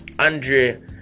Andre